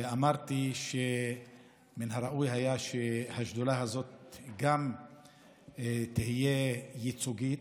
ואמרתי שמן הראוי היה שהשדולה הזאת גם תהיה ייצוגית,